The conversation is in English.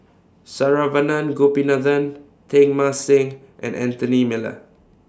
Saravanan Gopinathan Teng Mah Seng and Anthony Miller